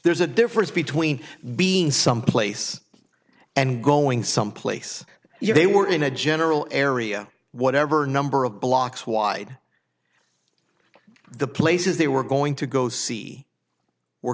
there is a difference between being someplace and going someplace you they were in a general area whatever number of blocks wide the places they were going to go see were